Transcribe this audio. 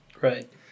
Right